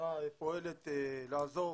שהשרה פועלת לעזור